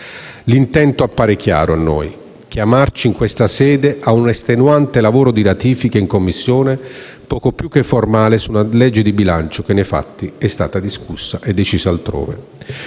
L'intento ci appare chiaro: chiamarci in questa sede a un estenuante lavoro di ratifica in Commissione, poco più che formale, su un disegno di legge di bilancio che nei fatti è stato discusso e deciso altrove.